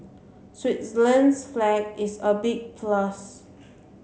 Switzerland's flag is a big plus